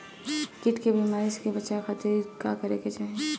कीट के बीमारी से बचाव के खातिर का करे के चाही?